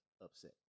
upset